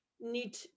need